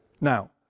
Now